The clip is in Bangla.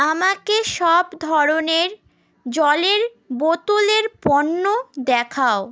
আমাকে সব ধরনের জলের বোতলের পণ্য দেখাও